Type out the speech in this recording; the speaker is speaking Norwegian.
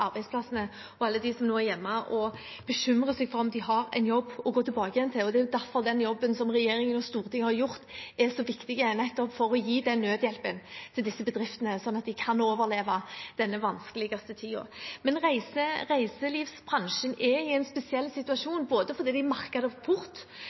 arbeidsplassene, og alle de som nå er hjemme og bekymrer seg for om de har en jobb å gå tilbake til. Det er derfor den jobben som regjeringen og Stortinget har gjort, er så viktig, nettopp for å gi den nødhjelpen til disse bedriftene, slik at de kan overleve denne vanskeligste tiden. Men reiselivsbransjen er i en spesiell